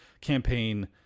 campaign